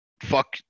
Fuck